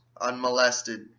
unmolested